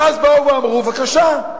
ואז באו ואמרו, בבקשה.